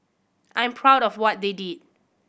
I'm proud of what they did